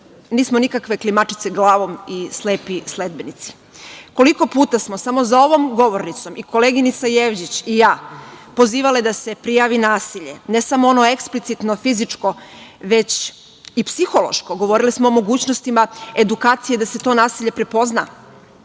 nismo nikakve klimačice glavom i slepi sledbenici. Koliko puta smo samo za ovom govornicom i koleginica Jevđić i ja pozivale da se prijavi nasilje, ne samo ono eksplicitno fizičko, već i psihološko. Govorili smo o mogućnostima edukacije da se to nasilje prepozna